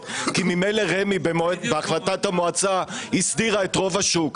כי ממילא רמ"י בהחלטת המועצה הסדירה את רוב השוק,